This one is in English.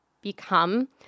become